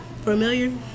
familiar